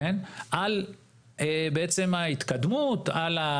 הטבע ולגבי זה אנחנו צריכים לראות.